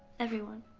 everyone.